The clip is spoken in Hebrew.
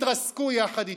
תתרסקו יחד איתו.